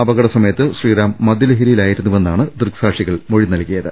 അപകടസമയത്ത് ശ്രീറാം മദ്യലഹരിയിലായിരുന്നുവെ ന്നാണ് ദൃക്സാക്ഷികൾ മൊഴി നൽകിയത്